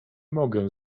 mogę